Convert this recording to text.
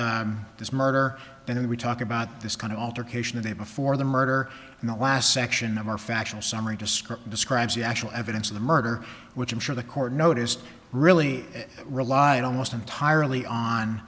in this murder and we talk about this kind of altercation of a before the murder and the last section of our factual summary description describes the actual evidence of the murder which i'm sure the court noticed really relied almost entirely on